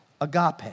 agape